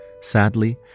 Sadly